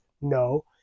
No